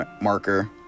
marker